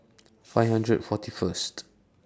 five hundred forty First